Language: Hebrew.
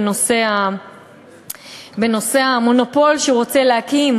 בנושא המונופול שהוא רוצה להקים,